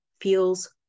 feels